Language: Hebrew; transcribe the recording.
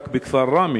רק בכפר ראמה,